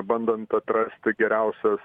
bandant atrasti geriausias